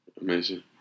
Amazing